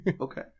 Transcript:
Okay